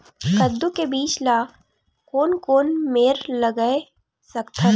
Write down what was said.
कददू के बीज ला कोन कोन मेर लगय सकथन?